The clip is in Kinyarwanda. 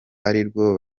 arirwo